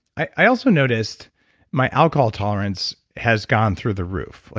i also noticed my alcohol tolerance has gone through the roof.